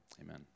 amen